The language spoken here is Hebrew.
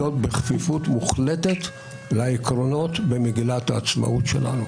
בכפיפות מוחלטת לעקרונות במגילת העצמאות שלנו,